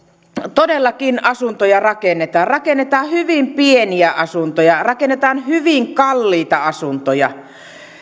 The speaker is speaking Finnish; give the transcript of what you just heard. todellakin asuntoja rakennetaan rakennetaan hyvin pieniä asuntoja rakennetaan hyvin kalliita asuntoja